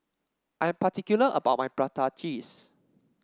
I am particular about my Prata Cheese